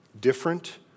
different